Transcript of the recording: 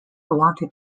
wanted